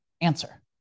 answer